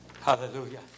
Hallelujah